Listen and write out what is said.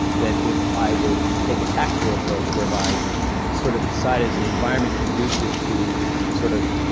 that if i would take a tactical approach whereby sort of decide, is the environment conducive to sort of